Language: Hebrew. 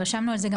רשמנו על זה.